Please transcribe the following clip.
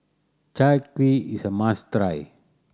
Chai Kuih is a must try